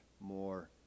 more